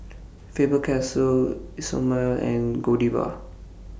Faber Castell Isomil and Godiva